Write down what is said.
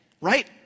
Right